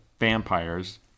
Vampires